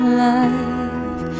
life